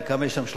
כמה יש שם,